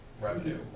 revenue